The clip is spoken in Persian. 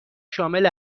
شامل